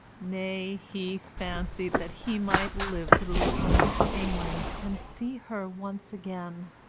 nay, he fancied that he might live through a journey to england and see her once again.